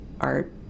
Art